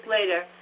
later